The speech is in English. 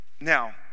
Now